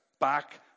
back